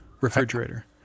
refrigerator